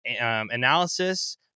analysis